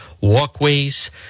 walkways